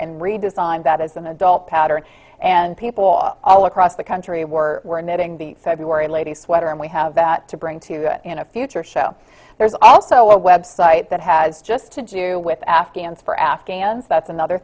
and redesigned that as an adult pattern and people all across the country were were knitting the february lady's sweater and we have to bring to you in a future show there's also a website that has just to do with afghans for afghans that's another